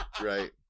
right